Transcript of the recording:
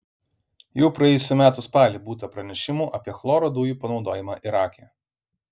jau praėjusių metų spalį būta pranešimų apie chloro dujų panaudojimą irake